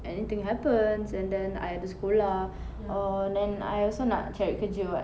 anything happens and then I ada sekolah or then I also nak cari kerja [what]